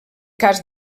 cas